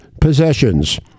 possessions